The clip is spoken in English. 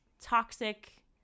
toxic